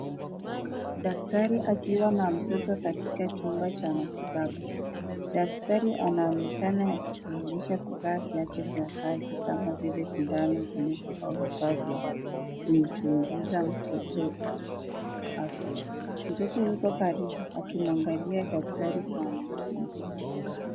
Daktari akiwa na mtoto katika chumba cha matibabu, daktari anaonekana akitayarisha vifaa vyake vya kazi kama vile sindano, glavu au vifaa vya kumchunguza mtoto afya. Mtoto yuko karibu akimwangalia daktari kwa makini.